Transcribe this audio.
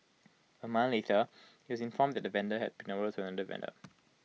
A month later he was informed that the tender had been awarded to another vendor